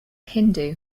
hindu